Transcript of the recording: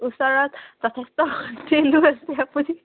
ওচৰত যথেষ্ট হোষ্টেলো আছে আপুনি